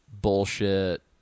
bullshit